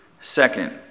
second